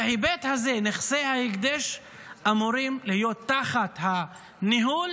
בהיבט הזה, נכסי ההקדש אמורים להיות תחת הניהול